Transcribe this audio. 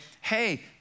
hey